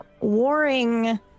warring